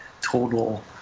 total